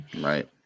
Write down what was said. Right